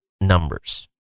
numbers